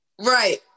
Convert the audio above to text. right